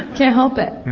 can't help it.